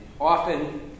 often